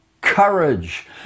courage